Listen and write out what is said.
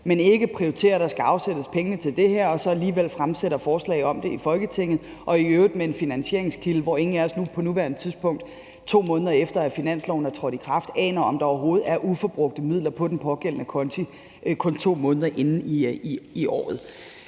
men ikke prioriterer, at der skal afsættes penge til det her, og så alligevel fremsætter forslag om det i Folketinget og i øvrigt med en finansieringskilde, hvor ingen af os på nuværende tidspunkt, altså 2 måneder efter at finansloven er trådt i kraft, aner, om der overhovedet er uforbrugte midler på den pågældende konto – kun 2 måneder inde i året.